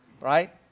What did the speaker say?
right